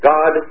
God